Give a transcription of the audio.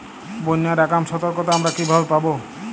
বন্যার আগাম সতর্কতা আমরা কিভাবে পাবো?